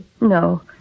No